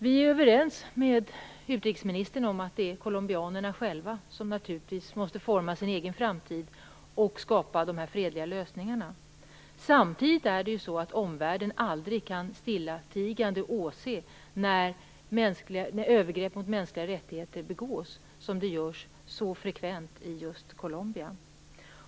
Vi är överens med utrikesministern om att det naturligtvis är colombianerna själva som måste forma sin egen framtid och skapa fredliga lösningar. Samtidigt kan omvärlden aldrig stillatigande åse hur övergrepp mot mänskliga rättigheter begås så frekvent som i just Colombia.